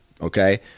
Okay